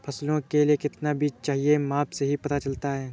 फसलों के लिए कितना बीज चाहिए माप से ही पता चलता है